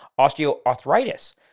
osteoarthritis